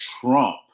trump